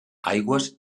aigües